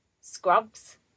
scrubs